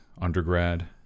undergrad